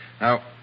Now